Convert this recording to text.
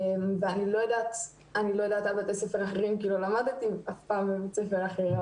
אני לא יודעת לגבי בתי ספר אחרים כי לא למדתי אף פעם בבית ספר אחר,